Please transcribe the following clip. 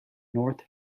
north